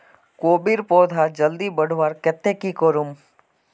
कोबीर पौधा जल्दी बढ़वार केते की करूम?